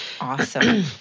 awesome